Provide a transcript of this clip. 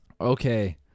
Okay